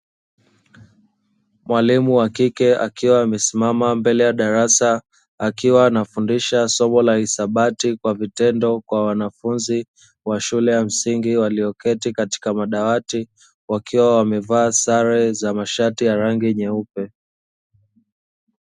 Mwalimu wa kike akiwa amesimama mbele ya darasa, akiwa nafundisha somo la hisabati kwa vitendo kwa wanafunzi wa shule ya msingi walioketi katika madawati, wakiwa wamevaa sare za masharti ya rangi nyeupe.